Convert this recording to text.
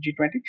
G20